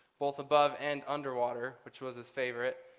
both above and underwater which was his favorite,